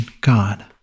God